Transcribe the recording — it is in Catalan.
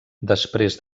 després